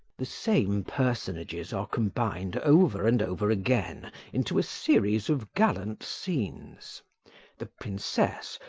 the same personages are combined over and over again into a series of gallant scenes the princess,